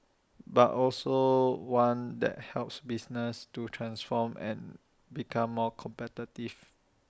but also one that helps businesses to transform and become more competitive